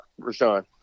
Rashawn